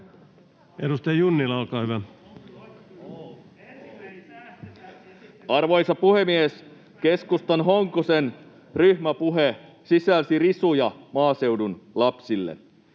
Time: 11:35 Content: Arvoisa puhemies! Keskustan Honkosen ryhmäpuhe sisälsi risuja maaseudun lapsille.